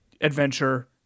adventure